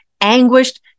anguished